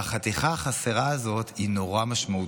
והחתיכה חסרה הזאת היא נורא משמעותית,